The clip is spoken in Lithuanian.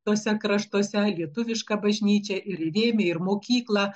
tuose kraštuose lietuvišką bažnyčią ir rėmė ir mokykla